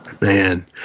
man